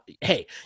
hey